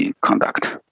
conduct